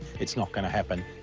it's not gonna happen.